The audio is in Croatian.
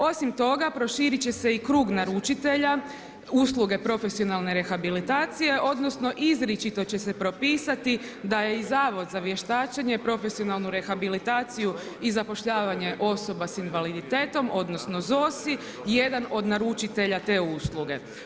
Osim toga, proširit će se i krug naručitelja usluge profesionalne rehabilitacije, odnosno izričito će se propisati da je i Zavod za vještačenje, profesionalnu rehabilitaciju i zapošljavanje osoba s invaliditetom, odnosno ZOSI jedan od naručitelja te usluge.